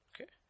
okay